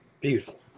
Beautiful